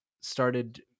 started –